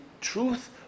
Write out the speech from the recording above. truth